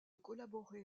collaborer